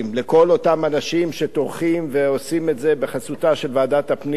לכל אותם אנשים שטורחים ועושים את זה בחסותה של ועדת הפנים,